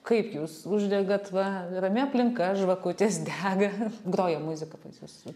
kaip jūs uždegat va rami aplinka žvakutės dega groja muzika pas jus